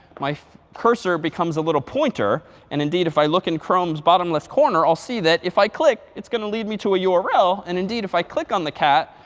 my cursor becomes a little pointer. and indeed, if i look in chrome's bottom left corner, i'll see that if i click, it's going to lead me to a url. and indeed, if i click on the cat,